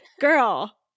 girl